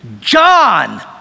John